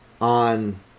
on